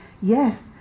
yes